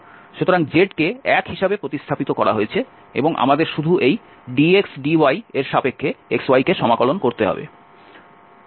সুতরাং z কে 1 হিসাবে প্রতিস্থাপিত করা হয়েছে এবং আমাদের শুধু এই dx dy এর সাপেক্ষে xy কে সমাকলন করতে হবে